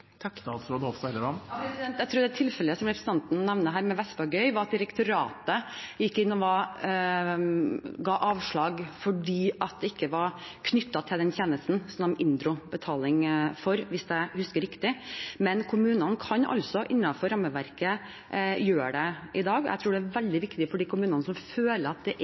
det tilfellet representanten nevner fra Vestvågøy, tror jeg direktoratet gikk inn og ga avslag fordi det ikke var knyttet til den tjenesten de inndro betaling for, hvis jeg husker riktig. Men kommunene kan altså gjøre det innenfor rammeverket i dag, og jeg tror det er veldig viktig for de kommunene som føler